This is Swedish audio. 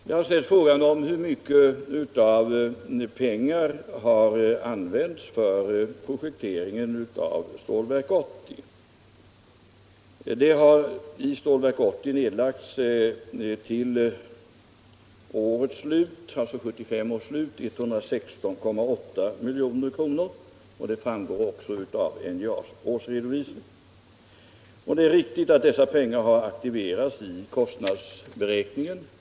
Man har ställt frågan hur mycket pengar som har använts för projekteringen av Stålverk 80. Det har i Stålverk 80 fram till 1975 års slut nedlagts 116,8 milj.kr., och det framgår också av NJA:s årsredovisning. Det är riktigt att dessa pengar har aktiverats i kostnadsberäkningen.